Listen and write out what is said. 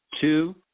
Two